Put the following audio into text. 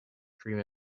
dream